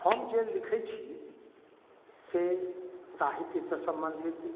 हम जे लिखैत छी से साहित्यसँ सम्बन्धित